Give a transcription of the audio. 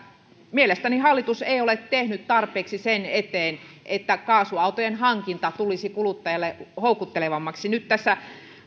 mielestäni hallitus ei ole tehnyt tarpeeksi sen eteen että kaasuautojen hankinta tulisi kuluttajalle houkuttelevammaksi nyt tässä